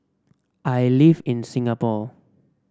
I live in Singapore